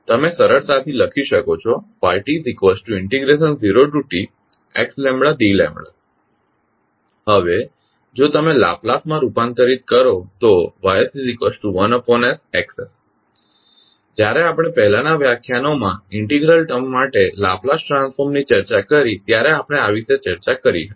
તેથી તમે સરળતાથી લખી શકો છો yt0txdλ હવે જો તમે લાપ્લાસ માં રૂપાંતરિત કરો તો Ys1sXs જ્યારે આપણે પહેલાનાં વ્યાખ્યાનોમાં ઇન્ટિગ્રલ ટર્મ માટે લાપ્લાસ ટ્રાન્સફોર્મ ની ચર્ચા કરી ત્યારે આપણે આ વિશે ચર્ચા કરી હતી